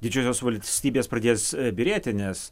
didžiosios valstybės pradės byrėti nes